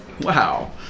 Wow